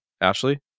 Ashley